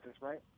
right